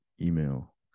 email